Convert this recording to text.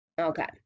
okay